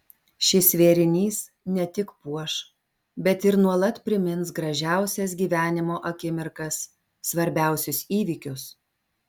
šis vėrinys ne tik puoš bet ir nuolat primins gražiausias gyvenimo akimirkas svarbiausius įvykius